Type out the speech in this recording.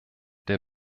der